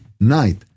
night